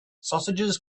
sausages